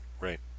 Right